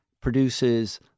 produces